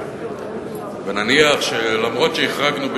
ונניח שגם אם החרגנו,